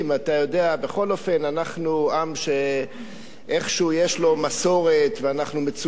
בכל אופן אנחנו עם שאיכשהו יש לו מסורת ואנחנו מצווים